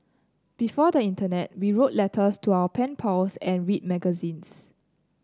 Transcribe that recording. before the internet we wrote letters to our pen pals and read magazines